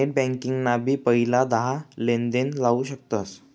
net banking ना भी पहिला दहा लेनदेण लाऊ शकतस